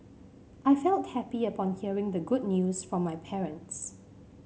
I felt happy upon hearing the good news from my parents